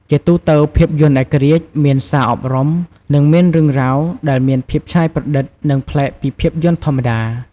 ជាទូទៅភាពយន្តឯករាជ្យមានសារអប់រំ និង មានរឿងរ៉ាវដែលមានភាពច្នៃប្រឌិត និងប្លែកពីភាពយន្តធម្មតា។